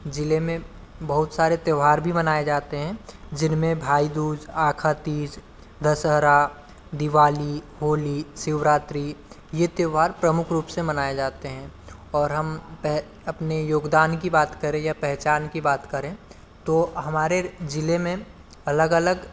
ज़िले में बहुत सारे त्यौहार भी मनाए जाते हैं जिन में भाई दूज आखातीज दशहरा दिवाली होली शिवरात्रि ये त्यौहार प्रमुख रूप से मनाए जाते हैं और हम पेह अपने योगदान की बात करें या पेहचान की बात करें तो हमारे ज़िले में अलग अलग